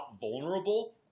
vulnerable